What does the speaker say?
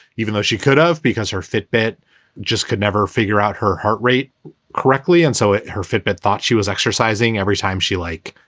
even though she could have ah because her fitbit just could never figure out her heart rate correctly. and so her fitbit thought she was exercising every time she, like,